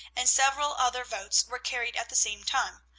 and several other votes were carried at the same time,